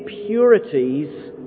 impurities